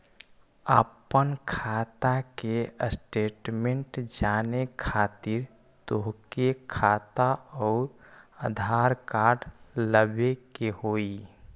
आपन खाता के स्टेटमेंट जाने खातिर तोहके खाता अऊर आधार कार्ड लबे के होइ?